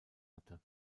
hatte